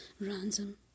ransom